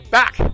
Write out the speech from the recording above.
back